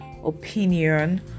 opinion